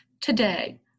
Today